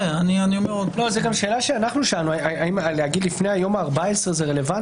תוך שמירה על בריאות הציבור וצמצום ההידבקות